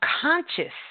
conscious